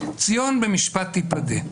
ציון במשפט תיפדה.